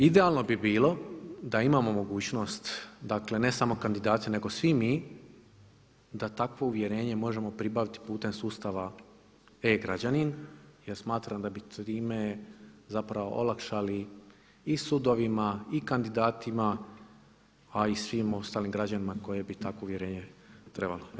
Idealno bi bilo da imamo mogućnost, dakle ne samo kandidati nego svi mi da takvo uvjerenje možemo pribaviti putem sustava e-građanin jer smatram da bi time zapravo olakšali i sudovima i kandidatima a i svim ostalim građanima kojima bi takvo uvjerenje trebalo.